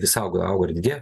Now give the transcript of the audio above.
vis auga auga ir didėja